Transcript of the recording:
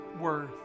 worth